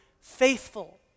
faithful